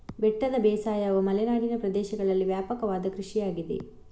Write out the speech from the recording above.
ಬೆಟ್ಟದ ಬೇಸಾಯವು ಮಲೆನಾಡಿನ ಪ್ರದೇಶಗಳಲ್ಲಿ ವ್ಯಾಪಕವಾದ ಕೃಷಿಯಾಗಿದೆ